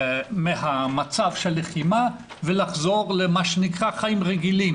מהמצב של לחימה ולחזור למה שנקרא חיים רגילים.